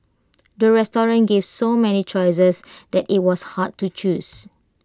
the restaurant gave so many choices that IT was hard to choose